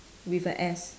with the S